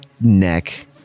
neck